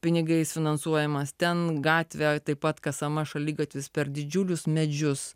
pinigais finansuojamas ten gatvę taip pat kasama šaligatvis per didžiulius medžius